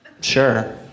sure